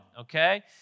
okay